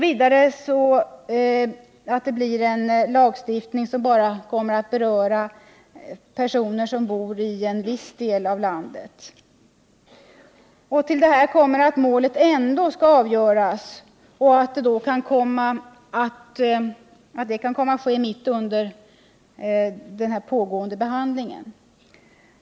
Vidare har anförts att det blir en lagstiftning som bara kommer att beröra personer som bor i en viss del av landet. Härtill kommer att målet ändå skall avgöras och att det kan komma att ske mitt under pågående behandling.